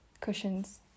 cushions